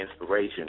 inspiration